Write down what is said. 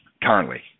currently